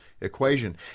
equation